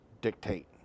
dictate